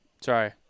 Sorry